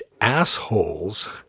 assholes